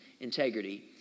integrity